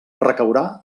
recaurà